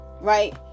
right